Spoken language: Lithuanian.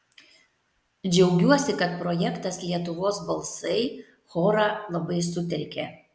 džiaugiuosi kad projektas lietuvos balsai chorą labai sutelkė